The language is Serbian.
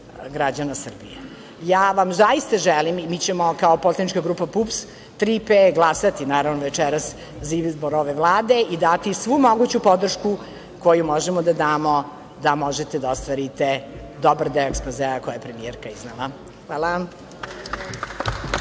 građana Srbije. Ja vam zaista želim i mi ćemo kao poslanička grupa PUPS - "Tri P" glasati, naravno, večeras za izbor ove Vlade i dati svu moguću podršku koju možemo da damo da možete da ostvarite dobar deo ekspozea koji je premijerka iznela. Hvala.